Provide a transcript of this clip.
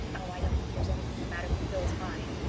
oh, i don't think there's anything the matter with phil's mind,